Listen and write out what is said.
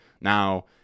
now